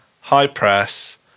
High-press